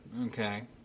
okay